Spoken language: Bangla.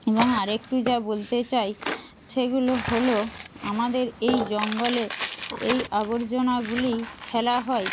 এবং আরেকটু যা বলতে চাই সেগুলো হলো আমাদের এই জঙ্গলে এই আবর্জনাগুলি ফেলা হয়